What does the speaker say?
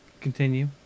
continue